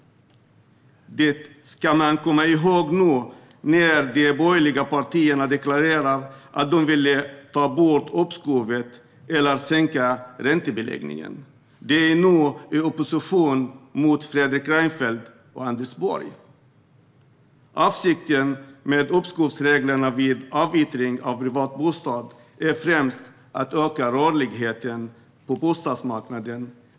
Det ska man komma ihåg nu när de borgerliga partierna deklarerar att de vill ta bort uppskovet eller sänka räntebeläggningen. De är nu i opposition mot Fredrik Reinfeldt och Anders Borg. Avsikten med uppskovsreglerna vid avyttring av privatbostad är främst att öka rörligheten på bostadsmarknaden.